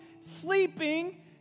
sleeping